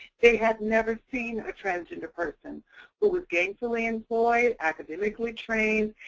they had never seen a transgender person who was gainfully employed, academically trained,